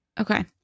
Okay